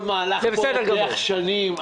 כל מהלך פה לוקח שנים.